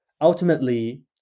ultimately